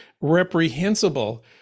reprehensible